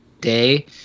day